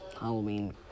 Halloween